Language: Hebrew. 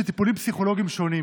טיפולים פסיכולוגיים שונים.